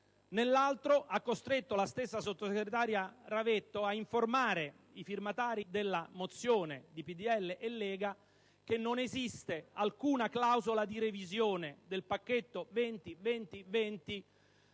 caso ha costretto la stessa sottosegretaria Ravetto ad informare i firmatari della mozione presentata dal PdL e dalla Lega che non esiste alcuna clausola di revisione del pacchetto 20-20-20